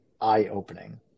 eye-opening